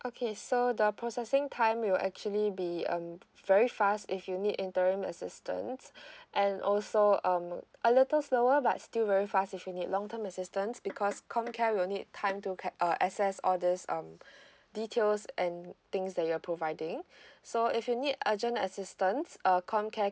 okay so the processing time will actually be um very fast if you need interim assistance and also um a little slower but still very fast if you need long term assistance because comcare will need time to pa~ uh assess all these um details and things that you're providing so if you need argent assistance err comcare